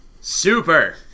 Super